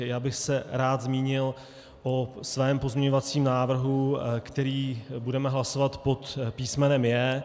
Já bych se rád zmínil o svém pozměňovacím návrhu, který budeme hlasovat pod písmenem J.